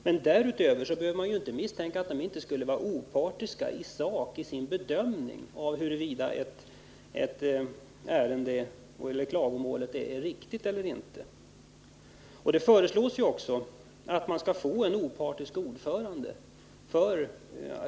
Men för den skull behöver man inte misstänka att nämnden inte skulle vara opartisk i sak i sin bedömning av huruvida klagomål är berättigade eller inte. Det föreslås också att nämnden skall få en opartisk ordförande.